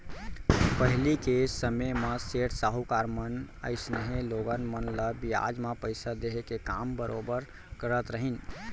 पहिली के समे म सेठ साहूकार मन अइसनहे लोगन मन ल बियाज म पइसा देहे के काम बरोबर करत रहिन